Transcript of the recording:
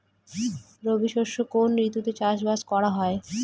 রবি শস্য কোন ঋতুতে চাষাবাদ করা হয়?